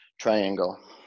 triangle